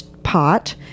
pot